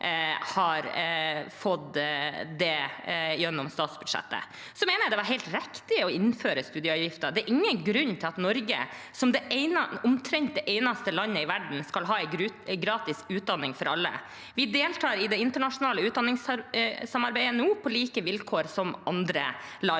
det er helt riktig å innføre studieavgifter. Det er ingen grunn til at Norge, som omtrent det eneste landet i verden, skal ha gratis utdanning for alle. Vi deltar i det internasjonale utdanningssamarbeidet på like vilkår som andre land,